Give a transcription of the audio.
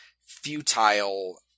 futile